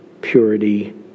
purity